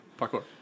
Parkour